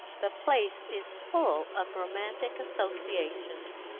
the place is full of romantic associations.